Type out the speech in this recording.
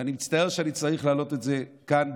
ואני מצטער שאני צריך להעלות את זה כאן,